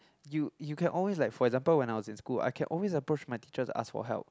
you you can always like for example when I was in school I can always approach my teachers ask for help